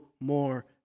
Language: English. more